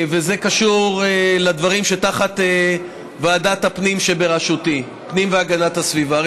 וזה קשור לדברים שתחת ועדת הפנים והגנת הסביבה שבראשותי.